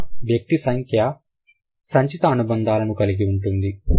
కావున వ్యక్తి సంఖ్య సంచిత అనుబంధాలను కలిగి ఉంటుంది